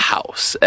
House